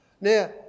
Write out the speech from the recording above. Now